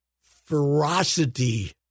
ferocity